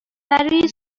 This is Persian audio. برای